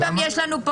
המחויבים".